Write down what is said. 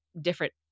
different